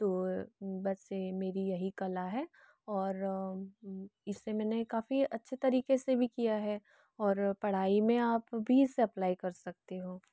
तो बस मेरी यही कला है और इससे मैंने काफ़ी अच्छे तरीके से भी किया है और पढ़ाई में आप भी इसे अप्लाइ कर सकते हो